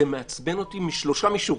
זה מעצבן אותי משלושה מישורים: